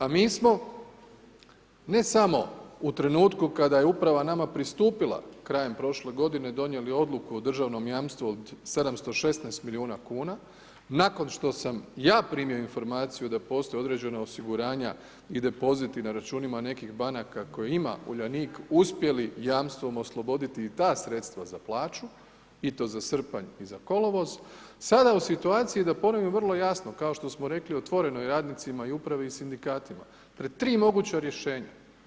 A mi smo ne samo u trenutku kada je uprav nama pristupila krajem prošle godine, donijeli odluku o državnom jamstvu, od 716 milijuna kuna, nakon što sam ja primio informaciju da postoje određena osiguranja i depoziti na računima, nekih banaka koje ima Uljanik uspjeli jamstvom osloboditi i ta sredstva za plaću i to za srpanj i za kolovoz, sada u situaciji, da ponovim vrlo jasno, kao što smo rekli, otvoreno i radnicima i upravi i sindikatima, pred tri moguća rješenja.